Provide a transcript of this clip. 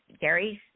Gary's